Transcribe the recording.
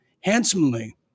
handsomely